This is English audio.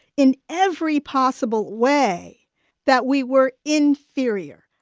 in every possible way that we were inferior,